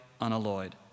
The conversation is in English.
unalloyed